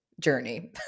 journey